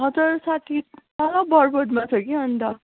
हजुर साथी छ बरबोटमा छ कि अन्त